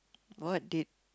what did